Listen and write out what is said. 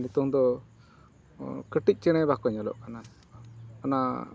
ᱱᱤᱛᱚᱝ ᱫᱚ ᱠᱟᱹᱴᱤᱡ ᱪᱮᱬᱮ ᱵᱟᱠᱚ ᱧᱮᱞᱚᱜ ᱠᱟᱱᱟ ᱚᱱᱟ